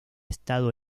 estado